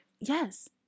yes